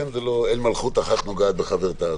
אין מלכות אחת פוגעת בחברתי,